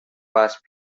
past